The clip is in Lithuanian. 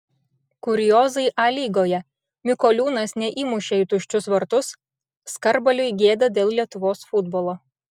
kuriozai a lygoje mikoliūnas neįmušė į tuščius vartus skarbaliui gėda dėl lietuvos futbolo